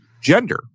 gender